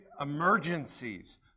emergencies